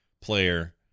player